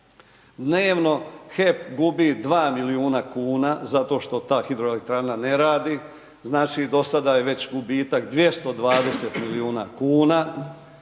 Dnevno HEP gubi 2 milijuna kuna zato što ta hidroelektrana ne radi, znači do sada je već gubitak 220 milijuna kuna.